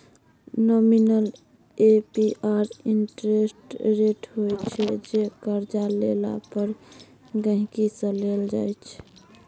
nominal APR interest rate होइ छै जे करजा लेला पर गांहिकी सँ लेल जाइ छै